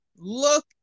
look